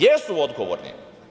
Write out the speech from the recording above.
Jesu odgovorni.